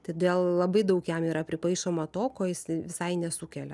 todėl labai daug jam yra pripaišoma to ko jis visai nesukelia